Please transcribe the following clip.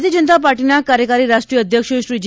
ભારતીય જનતા પાર્ટીના કાર્યકારી રાષ્ટ્રીય અધ્યક્ષ શ્રી જે